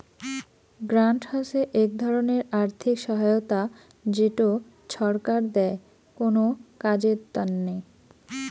grant হসে এক ধরণের আর্থিক সহায়তা যেটো ছরকার দেয় কোনো কাজের তন্নে